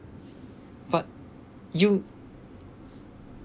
but you